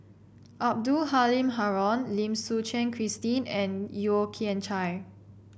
Abdul Halim Haron Lim Suchen Christine and Yeo Kian Chye